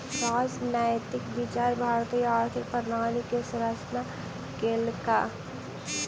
राजनैतिक विचार भारतीय आर्थिक प्रणाली के संरचना केलक